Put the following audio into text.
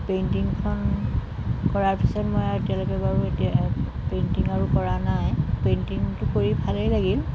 পেইণ্টিংখন কৰাৰ পিছত মই আৰু এতিয়ালৈকে বাৰু এতিয়া পেইণ্টিং আৰু কৰা নাই পেইণ্টিংটো কৰি ভালেই লাগিল